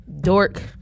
dork